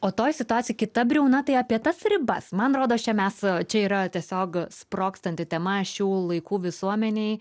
o toj situacijoj kita briauna tai apie tas ribas man rodos čia mes čia yra tiesiog sprogstanti tema šių laikų visuomenėj